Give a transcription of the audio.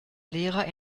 lehrer